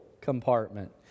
compartment